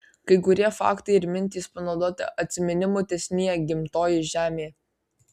kai kurie faktai ir mintys panaudoti atsiminimų tęsinyje gimtoji žemė